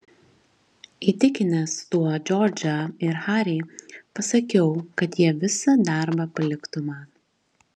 įtikinęs tuo džordžą ir harį pasakiau kad jie visą darbą paliktų man